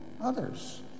others